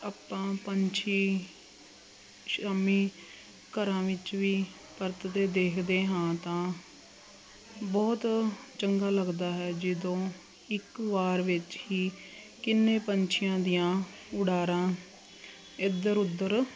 ਆਪਾਂ ਪੰਛੀ ਸ਼ਾਮੀ ਘਰਾਂ ਵਿੱਚ ਵੀ ਵਰਤਦੇ ਦੇਖਦੇ ਹਾਂ ਤਾਂ ਬਹੁਤ ਚੰਗਾ ਲੱਗਦਾ ਹੈ ਜਦੋਂ ਇੱਕ ਵਾਰ ਵਿੱਚ ਹੀ ਕਿੰਨੇ ਪੰਛੀਆਂ ਦੀਆਂ ਉਡਾਰਾਂ ਇਧਰ ਉਧਰ